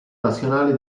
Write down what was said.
nazionale